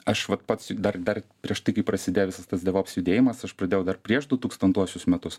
aš vat pats dar dar prieš tai kai prasidėjo visas devops judėjimas aš pradėjau dar prieš du tūkstantuosius metus